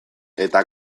eta